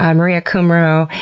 um maria kumro,